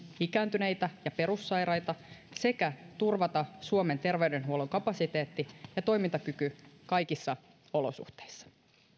ikääntyneitä ja perussairaita sekä turvata suomen terveydenhuollon kapasiteetti ja toimintakyky kaikissa olosuhteissa